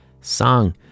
song